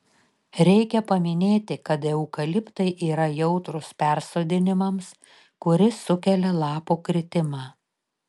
reikia paminėti kad eukaliptai yra jautrūs persodinimams kuris sukelia lapų kritimą